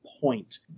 point